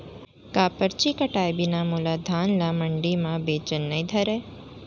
का परची कटाय बिना मोला धान ल मंडी म बेचन नई धरय?